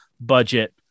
budget